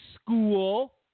school